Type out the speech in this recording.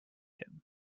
him